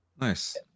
Nice